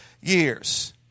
years